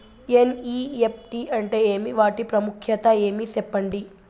NEFT అంటే ఏమి వాటి ప్రాముఖ్యత ఏమి? సెప్పండి?